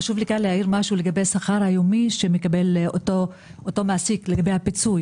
חשוב לי להעיר משהו לגבי השכר היומי שמקבל אותו מעסיק לגבי הפיצוי.